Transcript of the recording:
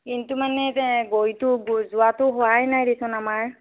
কিন্তু মানে যে গৈতো যোৱাতো হোৱাই নাই দেচোন আমাৰ